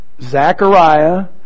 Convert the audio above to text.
Zechariah